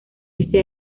ese